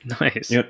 Nice